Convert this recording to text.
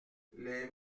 les